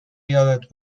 یادت